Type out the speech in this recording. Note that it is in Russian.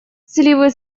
сливы